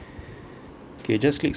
K just click